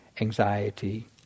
anxiety